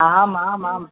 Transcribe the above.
आमामाम्